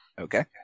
Okay